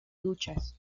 luchas